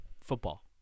Football